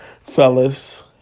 fellas